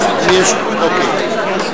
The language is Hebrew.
בן-ארי.